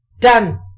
Done